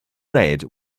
red